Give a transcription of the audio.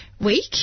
Week